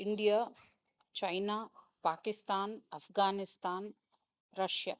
India China Pakistan Afghanistan Russia